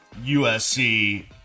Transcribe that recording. USC